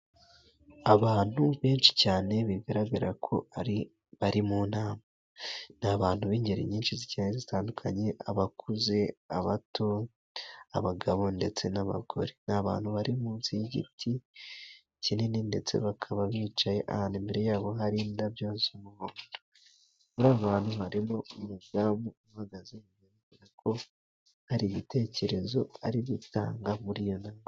Abantu benshi cyane bigaragara ko bari mu nama, n'ibantu b'ingeri nyinshi zigiye zitandukanye; abakuze, abato, abagabo ndetse n'abagore, n'abantu bari munsi y'igiti kinini ndetse bakaba bicaye ahantu, imbere yabo hari indabyo murabo bantu harimo umuzamu uhagaze bivuga ko hari igitekerezo ari gutanga muri iyo nama.